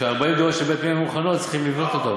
בשביל ש-40 הדירות של בית-מילמן יהיו מוכנות צריכים לבנות אותן.